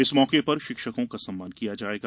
इस मौके पर शिक्षकों का सम्मान किया जायेगा